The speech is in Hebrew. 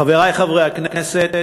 חברי חברי הכנסת,